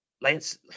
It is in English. Lance